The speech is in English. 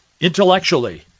Intellectually